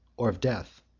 or of death.